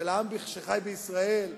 של העם שחי בישראל,